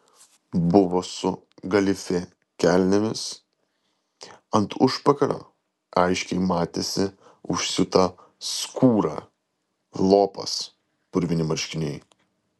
buvo su galifė kelnėmis ant užpakalio aiškiai matėsi užsiūta skūra lopas purvini marškiniai